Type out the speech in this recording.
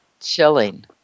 chilling